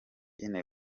ine